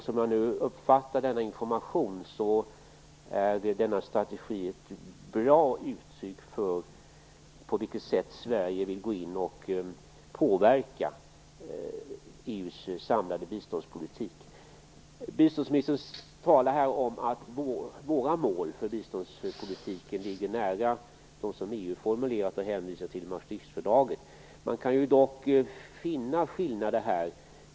Som jag uppfattar informationen är denna strategi ett bra uttryck för det sätt som Sverige vill påverka EU:s samlade biståndspolitik. Biståndsministern talar här om att våra mål för biståndspolitiken ligger nära de mål som EU har formulerat och hänvisar till i Maastrichtfördraget. Man kan dock finna skillnader.